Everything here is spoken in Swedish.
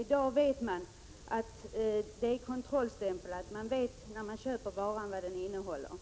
I dag vet man, när man köper en vara, vad den innehåller, eftersom den har en kontrollstämpel.